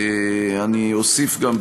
אני אוסיף גם,